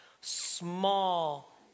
small